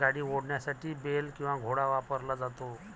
गाडी ओढण्यासाठी बेल किंवा घोडा वापरला जातो